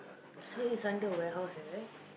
so he is under warehouse is it